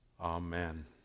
Amen